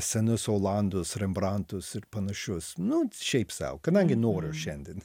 senus olandus rembrantus ir panašius nu šiaip sau kadangi noriu šiandien